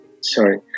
Sorry